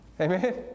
Amen